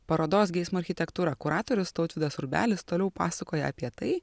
parodos geismo architektūra kuratorius tautvydas urbelis toliau pasakoja apie tai